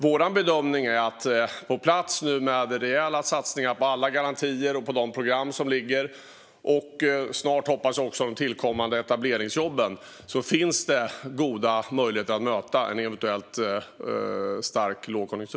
Vår bedömning är att det finns goda möjligheter att möta en eventuellt stark lågkonjunktur när de rejäla satsningarna på garantier och program och - snart, hoppas jag - de tillkommande etableringsjobben är på plats.